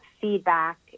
feedback